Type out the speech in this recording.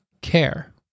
care